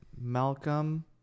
Malcolm